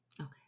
okay